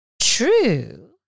true